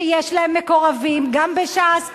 שיש להן מקורבים גם בש"ס,